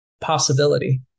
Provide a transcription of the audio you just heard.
possibility